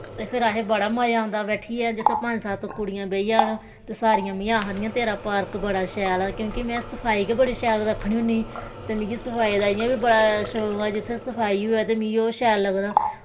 ते फिर असें बड़ा मजा आंदा बैठियै जित्थें पंज सत्त कुड़ियां बेही जान ते सारियां मीं आखदियां तेरा पार्क बड़ा शैल ऐ ते क्युंकि में सफाई गै बड़ी शैल रक्खनी होन्नी ते मिगी सफाई दा इ'यां बी बड़ा शौंक ऐ जित्थें सफाई होऐ ते मिगी शैल लगदा